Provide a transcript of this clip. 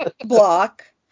Block